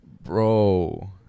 bro